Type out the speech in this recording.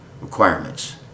requirements